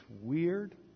weird